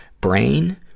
Brain